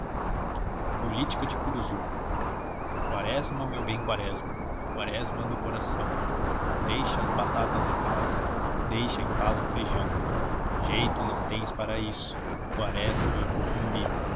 de curuzu quaresma meu bem quaresma quaresma do coração deixa as batatas em paz deixa em paz o feijão jeito não tens para isso quaresma meu cocumbi